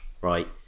Right